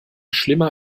schlimmer